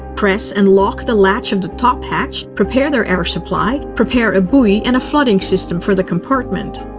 press and lock the latch of the top hatch, prepare their air supply, prepare a buoy, and a flooding system for the compartment.